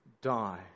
die